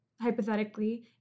hypothetically